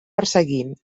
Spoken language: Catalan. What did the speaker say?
perseguir